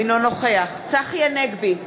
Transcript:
אינו נוכח צחי הנגבי,